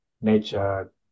Nature